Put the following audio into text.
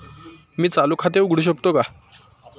मी चालू खाते उघडू शकतो का?